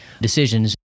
decisions